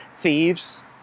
Thieves